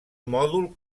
mòdul